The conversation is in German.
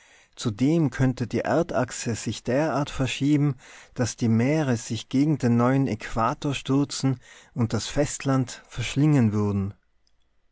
zudem könnte die erdachse sich derart verschieben daß die meere sich gegen den neuen äquator stürzen und das festland verschlingen würden